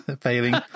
Failing